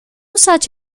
such